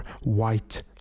white